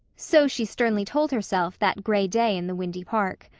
so she sternly told herself that gray day in the windy park.